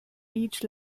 each